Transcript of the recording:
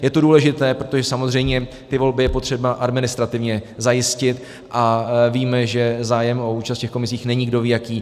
Je to důležité, protože samozřejmě volby je potřeba administrativně zajistit a víme, že zájem o účast v komisích není kdovíjaký.